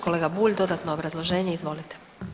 Kolega Bulj dodatno obrazloženje, izvolite.